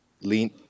lean